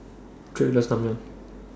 Drake loves Naengmyeon